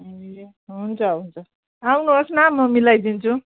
ए हुन्छ हुन्छ आउनुहोस् न म मिलाइदिन्छु